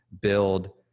build